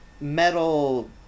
metal